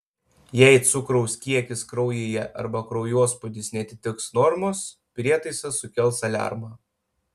jei cukraus kiekis kraujyje arba kraujospūdis neatitiks normos prietaisas sukels aliarmą